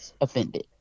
offended